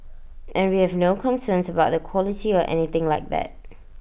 and we have no concerns about the quality or anything like that